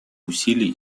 усилий